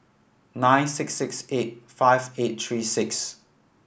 nine six six eight five eight three six